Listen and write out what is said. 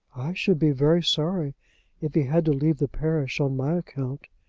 should be very sorry if he had to leave the parish on my account.